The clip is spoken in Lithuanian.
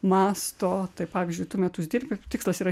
masto tai pavyzdžiui tu metus dirbi tikslas yra